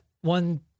one